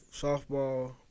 Softball